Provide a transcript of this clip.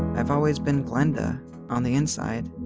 i've always been glenda on the inside.